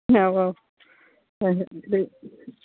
ꯑꯧ ꯑꯧ ꯍꯣꯏ ꯍꯣꯏ ꯑꯗꯨ